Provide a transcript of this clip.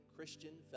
Christian